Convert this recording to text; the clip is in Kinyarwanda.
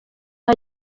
aho